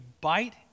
bite